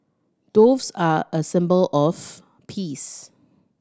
doves are a symbol of peace